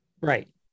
Right